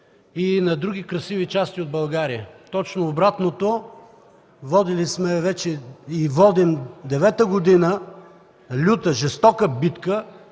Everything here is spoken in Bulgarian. и на други красиви части от България. Точно обратното, водили сме и водим девета година люта, жестока битка